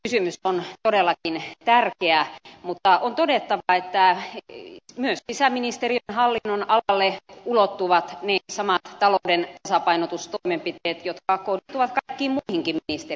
kysymys on todellakin tärkeä mutta on todettava että myös sisäministeriön hallinnonalalle ulottuvat ne samat talouden tasapainotustoimenpiteet jotka kohdistuvat kaikkiin muihinkin ministeriöihin